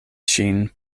ŝin